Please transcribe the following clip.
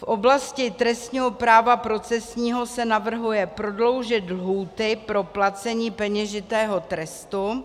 V oblasti trestního práva procesního se navrhuje prodloužit lhůty pro placení peněžitého trestu.